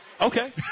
Okay